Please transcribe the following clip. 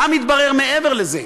מה מתברר מעבר לזה?